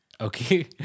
Okay